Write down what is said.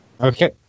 Okay